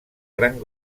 gran